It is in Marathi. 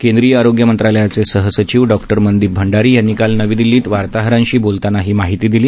केंद्रीय आरोग्य मंत्रालयाचे सहसचिव डॉक्टर मनदीप भंडारी यांनी काल नवी दिल्लीत वार्तहरांशी बोलताना ही माहिती दिली